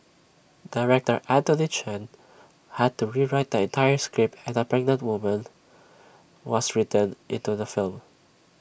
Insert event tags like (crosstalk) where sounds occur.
Director Anthony Chen had to rewrite the entire script and A (noise) pregnant woman was written into the film